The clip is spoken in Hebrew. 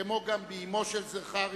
כמו גם באמו של זכריה,